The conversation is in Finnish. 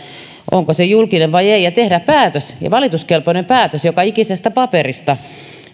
onko se julkinen vai ei ja tehdä valituskelpoinen päätös joka ikisestä paperista